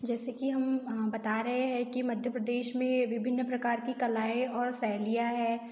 जैसे कि हम बता रहे हैं कि मध्य प्रदेश में विभिन्न प्रकार की कलाएँ और शैलियाँ हैं